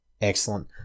Excellent